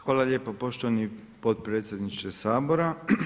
Hvala lijepa poštovani potpredsjedniče Sabora.